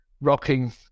rocking